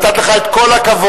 נתתי לך את כל הכבוד,